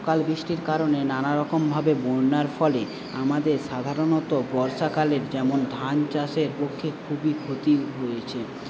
অকাল বৃষ্টির কারণে নানারকমভাবে বন্যার ফলে আমাদের সাধারণত বর্ষাকালের যেমন ধান চাষের পক্ষে খুবই ক্ষতি হয়েছে